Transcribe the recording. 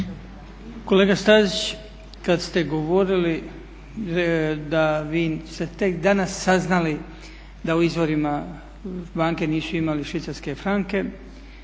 Kolega Stazić, kad ste govorili da vi ste tek danas saznali da u izvorima banke nisu imale švicarske franke